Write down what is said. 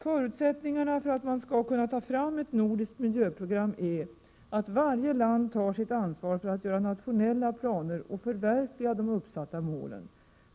Förutsättningarna för att man skall kunna ta fram ett nordiskt miljöprogram är att varje land tar sitt ansvar för att göra nationella planer och förverkliga de uppsatta målen.